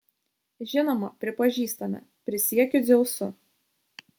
žinoma pripažįstame prisiekiu dzeusu